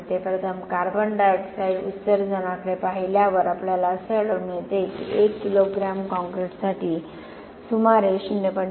प्रथम carbon dioxide उत्सर्जनाकडे पाहिल्यावर आपल्याला असे आढळून येते की 1 किलोग्रॅम कॉंक्रिटसाठी सुमारे 0